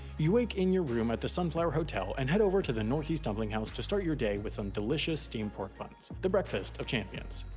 you wake in your room at the sunflower hotel, and head over to the northeast dumpling house to start your day with some delicious steamed pork buns the breakfast of champions.